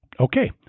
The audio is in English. okay